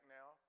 now